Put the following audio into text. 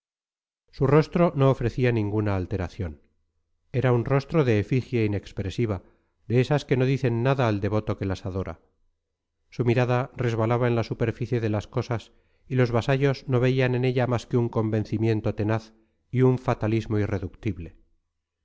su rostro no ofrecía ninguna alteración era un rostro de efigie inexpresiva de esas que no dicen nada al devoto que las adora su mirada resbalaba en la superficie de las cosas y los vasallos no veían en ella más que un convencimiento tenaz y un fatalismo irreductible